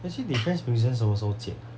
actually defence museum 什么时候建